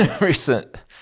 recent